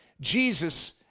Jesus